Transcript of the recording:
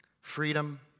Freedom